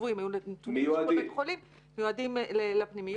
היו נתונים לשירות בית החולים ומיועדים לפנימיות.